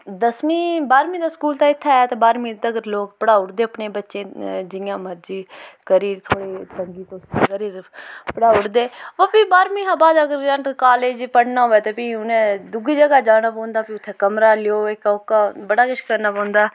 दसमी बाह्रमीं दे स्कूल ते इत्थें ऐ ते बाह्रमीं तगर लोक पढ़ाऊ उड़दे अपने बच्चें गी जियां मर्जी करी कुरी तंगी तोस्सी करी पढ़ाई उड़दे बा फ्ही बाह्रमीं शा बाद अग्गें बेचारें कालेज च पढ़ना होऐ ते फ्ही उनें दुई जगह् जाना पौंदा फ्ही उत्थें कमरा लैएओ इक ओह्का बड़ा किश करना पौंदा